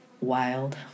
wild